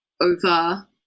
over